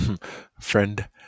friend